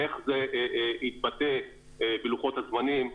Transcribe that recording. איך זה יתבטא בלוחות הזמנים,